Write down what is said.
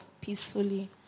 peacefully